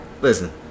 Listen